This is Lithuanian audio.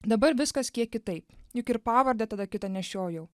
dabar viskas kiek kitaip juk ir pavardę tada kitą nešiojau